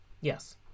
yes